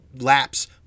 laps